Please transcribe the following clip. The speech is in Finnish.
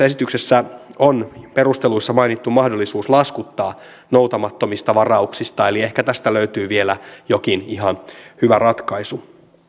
esityksessä on perusteluissa mainittu mahdollisuus laskuttaa noutamattomista varauksista eli ehkä tästä löytyy vielä jokin ihan hyvä ratkaisu